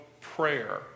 prayer